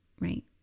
right